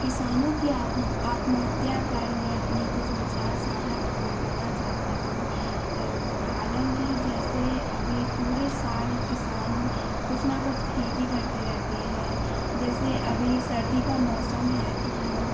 किसानों की आत्मह आत्महत्या पर मैं अपने कुछ विचार साझा करना चाहती हूँ हालाँकि जैसे अभी पूरे साल किसान कुछ न कुछ खेती करते रहते हैं जैसे अभी सर्दी का मौसम है तो वह